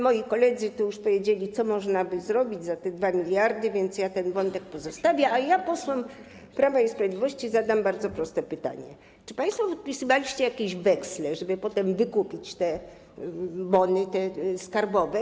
Moi koledzy tu już powiedzieli, co można by zrobić za te 2 mld, więc ja ten wątek pozostawię, a posłom Prawa i Sprawiedliwości zadam bardzo proste pytanie: Czy państwo wypisywaliście jakieś weksle, żeby potem wykupić te bony skarbowe?